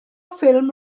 ffilm